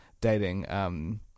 dating